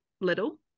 little